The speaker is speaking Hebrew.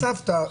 הסבתא,